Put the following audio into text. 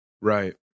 Right